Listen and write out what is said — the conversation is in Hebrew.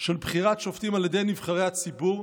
של בחירת שופטים על ידי נבחרי הציבור,